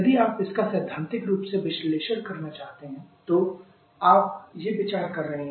यदि आप इसका सैद्धांतिक रूप से विश्लेषण करना चाहते हैं तो आप ये विचार कर रहे हैं